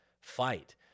fight